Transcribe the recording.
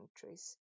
countries